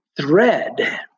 thread